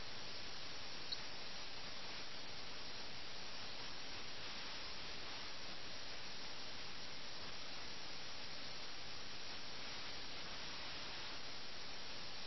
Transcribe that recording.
അതിനാൽ രാജാവിന്റെ അടുത്ത് ചെന്ന് സൈന്യത്തെ വാഗ്ദാനം ചെയ്യുകയും രാജാവിന് വേണ്ടി യുദ്ധം ചെയ്യുകയും ചെയ്താൽ തങ്ങൾ യുദ്ധക്കളത്തിൽ മരിക്കുമെന്ന് മിറും മിർസയും പെട്ടെന്ന് സങ്കൽപ്പിക്കുന്നു